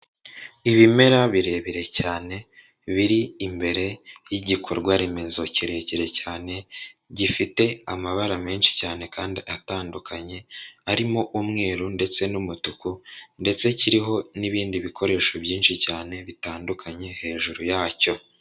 Ibimera birebire cyane biri imbere y'igikorwa remezo kirekire cyane gifite amabara menshi cyane kandi atandukanye arimo umweru ndetse n'umutuku ndetse kiriho n'ibindi bikoresho byinshi cyane bitandukanye hejuru yacyo.